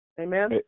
Amen